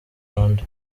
rwanda